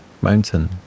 mountain